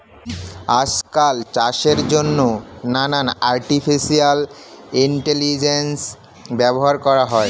আজকাল চাষের জন্যে নানান আর্টিফিশিয়াল ইন্টেলিজেন্স ব্যবহার করা হয়